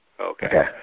Okay